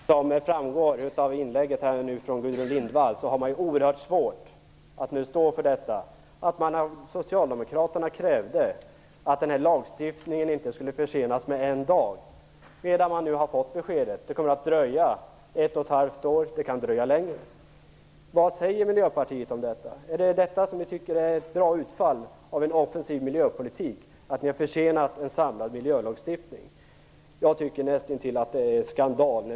Fru talman! Som framgår av inlägget från Gudrun Lindvall har Miljöpartiet oerhört svårt att stå för att man av Socialdemokraterna krävde att lagstiftningen inte skulle försenas med en dag. Nu har man fått beskedet att det kommer att dröja ett och ett halvt år, och det kan dröja längre. Vad säger Miljöpartiet om detta? Tycker ni att det är ett bra utfall av en offensiv miljöpolitik att en samlad miljölagstiftning blir försenad? Jag tycker att det näst intill är en skandal.